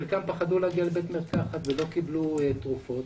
חלקם פחדו להגיע לבית המרקחת ולא קיבלו תרופות.